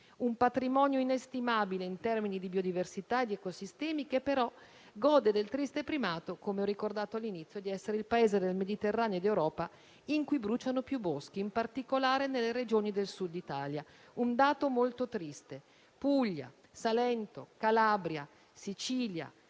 un patrimonio inestimabile in termini di biodiversità e di ecosistemi, che però gode del triste primato, come ho ricordato all'inizio, di essere il Paese del Mediterraneo e d'Europa in cui bruciano più boschi, in particolare nelle Regioni del Sud Italia, un dato molto triste. Puglia (in particolare